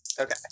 Okay